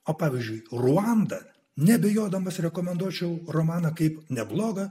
o pavyzdžiui ruandą neabejodamas rekomenduočiau romaną kaip neblogą